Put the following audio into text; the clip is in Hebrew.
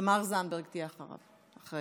תמר זנדברג תהיה אחרי כן.